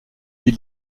des